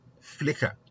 flicker